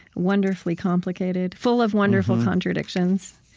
wonderfully complicated full of wonderful contradictions.